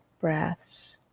breaths